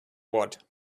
what